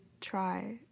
try